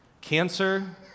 Cancer